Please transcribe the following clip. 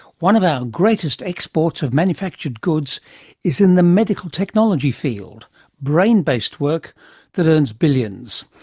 one of our greatest exports of manufactured goods is in the medical technology field brain-based work that earns billions.